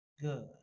good